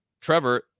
Trevor